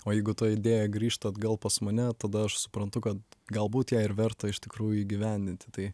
o jeigu ta idėja grįžta atgal pas mane tada aš suprantu kad galbūt ją ir verta iš tikrųjų įgyvendinti tai